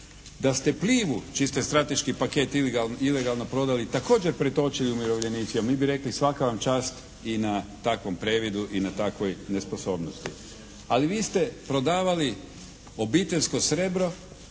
Da ste Plivu čiji ste strateški paket ilegalno prodali također pretočili umirovljenicima mi bi rekli svaka vam čast i na takvom previdu i na takvoj nesposobnosti, ali vi ste prodavali obiteljsko srebro